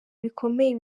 bikomeye